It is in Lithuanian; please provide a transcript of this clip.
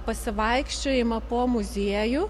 pasivaikščiojimą po muziejų